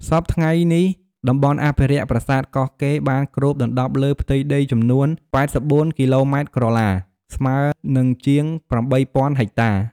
សព្វថ្ងៃនេះតំបន់អភិរក្ស ប្រាសាទកោះកេរ្តិ៍បានគ្របដណ្តប់លើផ្ទៃដីចំនួន ៨៤គីឡូម៉ែត្រក្រឡា ស្មើនិងជាង៨០០០ហិកតា។